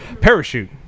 Parachute